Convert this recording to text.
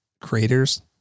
creators